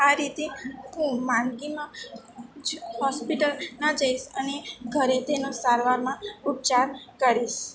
આ રીતે હું માંદગીમાં હોસ્પિટલ નહીં જઈશ અને ઘરે તેનો સારવારમાં ઉપચાર કરીશ